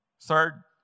Third